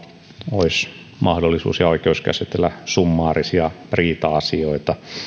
olisi mahdollisuus ja oikeus käsitellä summaarisia riita asioita